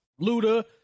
Luda